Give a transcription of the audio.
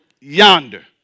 yonder